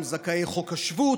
הם זכאי חוק השבות,